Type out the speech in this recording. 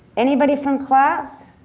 anybody from class?